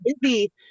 busy